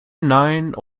nein